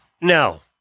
No